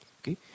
okay